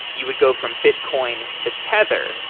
you would go from bitcoin, to tether,